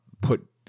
put